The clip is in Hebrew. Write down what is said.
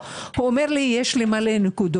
והוא אומר לי: "יש לי מלא נקודות".